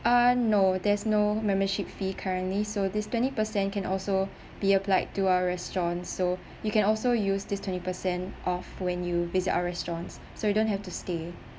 ah no there's no membership fee currently so this twenty percent can also be applied to our restaurant so you can also use this twenty percent off when you visit our restaurants so you don't have to stay